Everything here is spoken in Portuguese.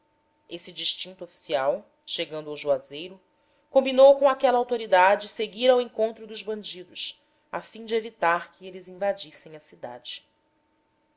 esse distinto oficial chegando ao juazeiro combinou com aquela autoridade seguir ao encontro dos bandidos a fim de evitar que eles invadissem a cidade